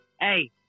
Hey